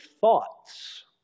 thoughts